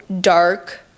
dark